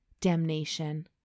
Damnation